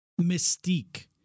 mystique